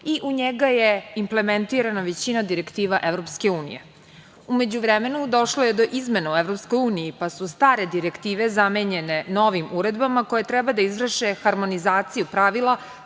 i u njega je implementirana većina direktiva EU. U međuvremenu došlo je do izmena u EU, pa su stare direktive zamenjene novim uredbama koje treba da izvrše harmonizaciju pravila